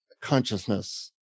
consciousness